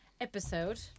episode